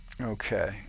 Okay